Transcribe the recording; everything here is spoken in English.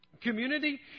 community